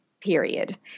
period